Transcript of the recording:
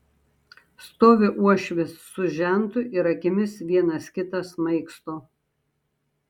stovi uošvis su žentu ir akimis vienas kitą smaigsto